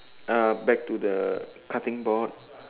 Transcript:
uh back to the cutting board